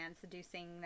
seducing